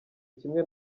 kimwe